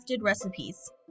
recipes